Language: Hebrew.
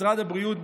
משרד הבריאות,